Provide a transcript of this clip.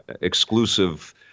exclusive